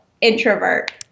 introvert